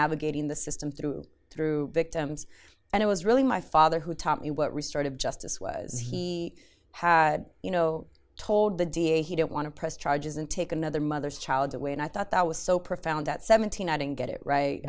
navigating the system through through victims and it was really my father who taught me what restart of justice was he had you know told the d a he didn't want to press charges and take another mother's child away and i thought that was so profound at seventeen adding get it right